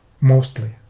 mostly